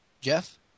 Jeff